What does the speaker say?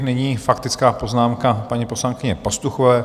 Nyní faktická poznámka paní poslankyně Pastuchové.